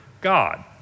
God